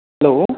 hello